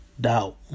Doubt